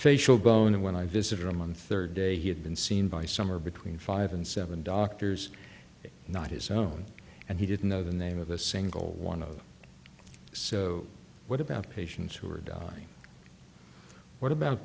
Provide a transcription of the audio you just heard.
facial bone and when i visited him on third day he had been seen by somewhere between five and seven doctors not his own and he didn't know the name of a single one of them so what about patients who are dying what about